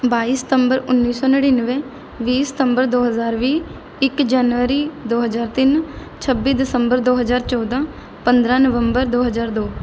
ਬਾਈ ਸਤੰਬਰ ਉੱਨੀ ਸੌ ਨੜੇਨਵੇਂ ਵੀਹ ਸਤੰਬਰ ਦੋ ਹਜ਼ਾਰ ਵੀਹ ਇੱਕ ਜਨਵਰੀ ਦੋ ਹਜ਼ਾਰ ਤਿੰਨ ਛੱਬੀ ਦਸੰਬਰ ਦੋ ਹਜ਼ਾਰ ਚੌਦ੍ਹਾਂ ਪੰਦਰ੍ਹਾਂ ਨਵੰਬਰ ਦੋ ਹਜ਼ਾਰ ਦੋ